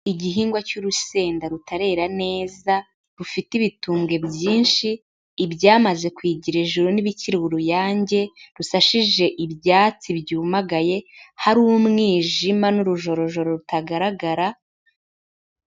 Igihingwa cy'urusenda rutarera neza, rufite ibitumbwe byinshi, ibyamaze kwigira ijuru n'ibikiri uruyange, rusashije ibyatsi byumagaye hari umwijima n'urujorojoro rutagaragara.